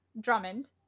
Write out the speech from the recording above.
Drummond